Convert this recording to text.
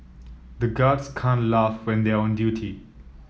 the guards can't laugh when they are on duty